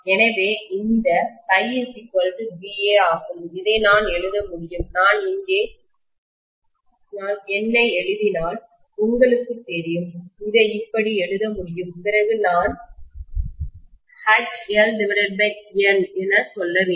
எனவே இந்த ∅BA ஆகும் இதை நான் எழுத முடியும் நான் இங்கே நான் N ஐ எழுதினால் உங்களுக்குத் தெரியும்இதை இப்படி எழுத முடியும் பிறகு நான் HlN என சொல்ல வேண்டும்